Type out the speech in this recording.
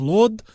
Lord